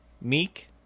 meek